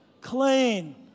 clean